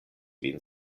vin